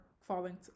falling